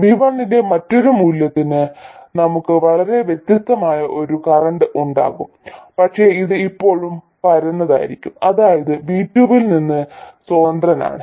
V1 ന്റെ മറ്റൊരു മൂല്യത്തിന് നമുക്ക് വളരെ വ്യത്യസ്തമായ ഒരു കറന്റ് ഉണ്ടാകും പക്ഷേ അത് ഇപ്പോഴും പരന്നതായിരിക്കും അതായത് V2 ൽ നിന്ന് സ്വതന്ത്രമാണ്